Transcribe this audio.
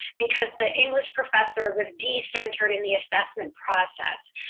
because the english professor was decentered in the assessment process.